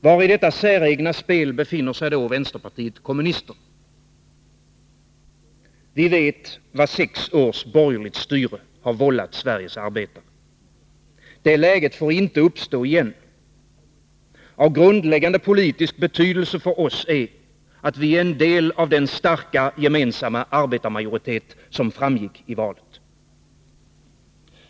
Var i detta säregna spel befinner sig då vänsterpartiet kommunisterna? Vi vet vad sex års borgerligt styre har vållat Sveriges arbetare. Det läget får inte uppstå igen. Av grundläggande politisk betydelse för oss är, att vi är en del av den starka gemensamma arbetarmajoritet som framgick i valet.